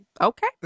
okay